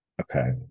Okay